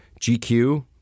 GQ